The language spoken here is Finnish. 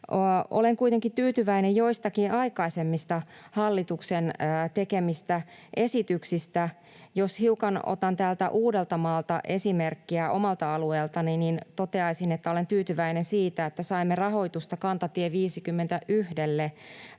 Olen kuitenkin tyytyväinen joistakin aikaisemmista hallituksen tekemistä esityksistä. Jos hiukan otan esimerkkiä täältä Uudeltamaalta, omalta alueeltani, niin toteaisin, että olen tyytyväinen siitä, että saimme rahoitusta valaistukseen